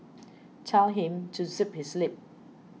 tell him to zip his lip